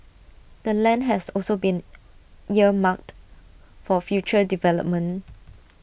the land has also been earmarked for future development